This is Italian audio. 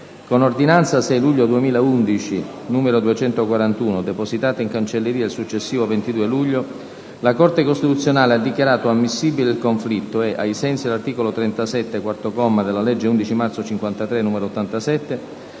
Con ordinanza 6 luglio 2011, n. 241, depositata in cancelleria il successivo 22 luglio, la Corte costituzionale ha dichiarato ammissibile il conflitto e - ai sensi dell'articolo 37, quarto comma, della legge 11 marzo 1953, n. 87